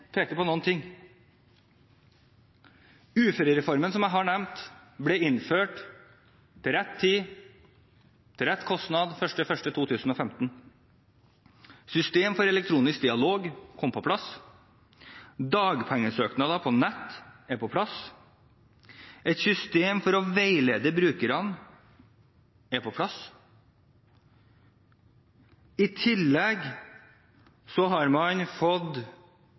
peke på noen ting. Uføreformen, som jeg har nevnt, ble innført til rett tid og til rett kostnad 1. januar 2015. System for elektronisk dialog kom på plass. Dagpengesøknader på nett er på plass. Et system for å veilede brukerne er på plass. I tillegg har man